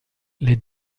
les